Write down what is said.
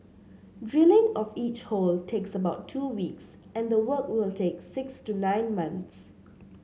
drilling of each hole takes about two weeks and the work will take six to nine months